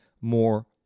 more